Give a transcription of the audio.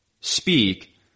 speak